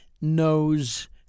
knows